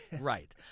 Right